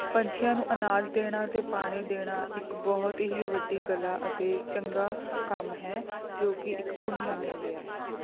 ਪੰਛੀਆਂ ਨੂੰ ਅਨਾਜ ਦੇਣਾ ਅਤੇ ਪਾਣੀ ਦੇਣਾ ਇੱਕ ਬਹੁਤ ਹੀ ਵੱਡੀ ਕਲਾ ਅਤੇ ਚੰਗਾ ਕੰਮ ਹੈ ਜੋ ਕਿ ਇੱਕ ਪੁੰਨ ਮੰਨਿਆ ਗਿਆ ਹੈ